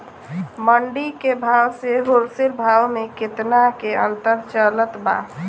मंडी के भाव से होलसेल भाव मे केतना के अंतर चलत बा?